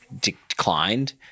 declined